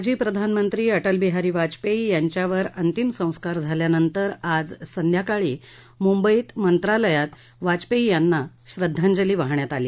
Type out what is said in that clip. माजी प्रधानमंत्री अटल बिहारी वाजपेयी यांच्यावर अंतिम संस्कार झाल्यानंतर आज सायकाळी मुंबई मंत्रालयात वाजपेयी यांना श्रद्वांजली वाहण्यात आली